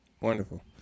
Wonderful